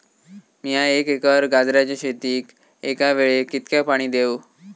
मीया एक एकर गाजराच्या शेतीक एका वेळेक कितक्या पाणी देव?